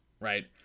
right